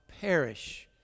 perish